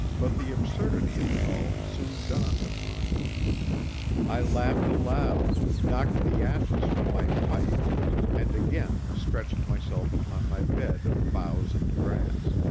but the absurdity of it all soon dawned upon me i laughed aloud, knocked the ashes from my pipe and again stretched myself upon my bed of boughs and grass,